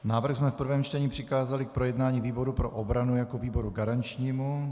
Návrh jsme v prvém čtení přikázali k projednání výboru pro obranu jako výboru garančnímu.